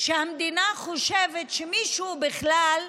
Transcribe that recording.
שהמדינה חושבת שמישהו בכלל,